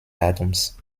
datums